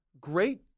Great